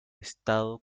estado